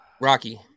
Rocky